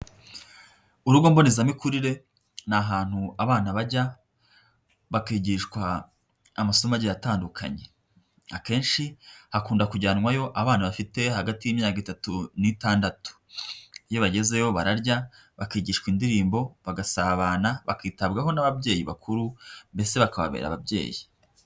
Urugo mbonezamikurire ni ahantu abana bajya bakigishwa amasomo agiye atandukanye, akenshi hakunda kujyanwayo abana bafite hagati y'imyaka itatu n'itandatu, iyo bagezeyo bararya bakigishwa indirimbo bagasabana bakitabwaho n'ababyeyi bakuru mbese bakababera ababyeyi.